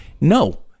no